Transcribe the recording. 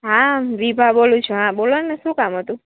હા વિભા બોલું છું હા બોલોને શું કામ હતું